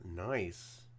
Nice